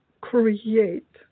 create